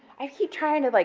i keep trying to like,